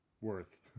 worth